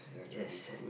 yes